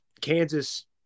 kansas